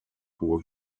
hohe